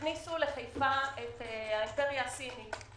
הכניסו לחיפה את האימפריה הסינית.